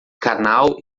canal